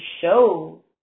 show